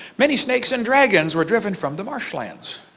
many snakes and dragons were driven from the marshlands.